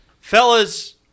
Fellas